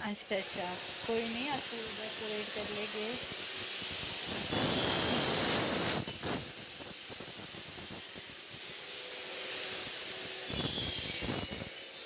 अच्छा अच्छा कोई निं अस आपूं डेकोरेट करी लैगे